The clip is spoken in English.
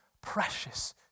precious